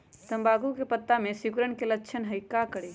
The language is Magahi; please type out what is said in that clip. तम्बाकू के पत्ता में सिकुड़न के लक्षण हई का करी?